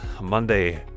Monday